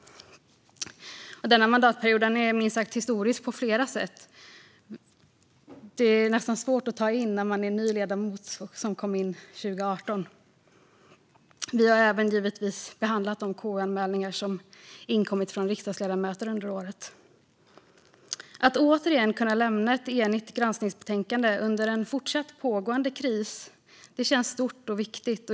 Denna mandatperiod är minst sagt historisk på flera sätt. Det är nästan svårt att ta in när man är ny ledamot som kom in 2018. Vi har även givetvis behandlat de KU-anmälningar som inkommit från riksdagsledamöter under året. Att återigen kunna lämna ett enigt granskningsbetänkande under en fortsatt pågående kris känns stort och viktigt.